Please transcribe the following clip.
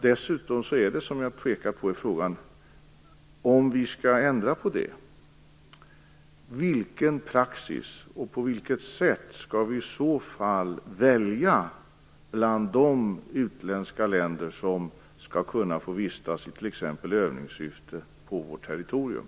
Dessutom är frågan, som jag pekade på, om vi skall ändra på det: Vilken praxis skall vi i så fall ha, och på vilket sätt skall vi i så fall välja ut de länder som skall kunna få vistas i t.ex. övningssyfte på vårt territorium?